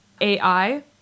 AI